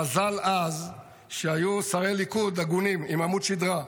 המזל אז שהיו שרי ליכוד הגונים עם עמוד שדרה.